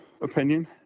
opinion